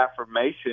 affirmation